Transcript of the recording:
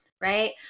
right